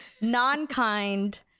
non-kind